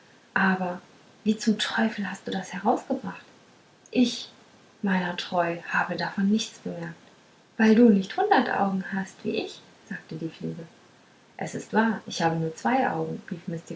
aber wie zum teufel hast du das herausgebracht ich meiner treu hab davon nichts bemerkt weil du nicht hundert augen hast wie ich sagte die fliege es ist wahr ich habe nur zwei augen rief